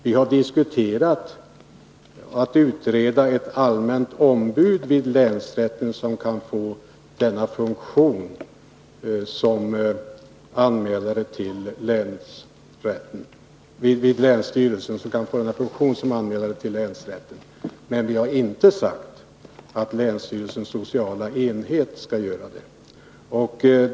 Vi har diskuterat att utreda frågan om ett allmänt ombud vid länsstyrelsen som kan få denna 125 funktion — att anmäla till länsrätten. Men vi har alltså inte sagt att länsstyrelsens sociala enhet skall göra det.